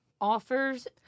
offers